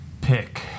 pick